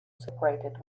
separated